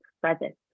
present